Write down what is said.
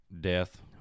death